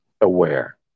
aware